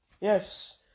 Yes